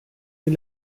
est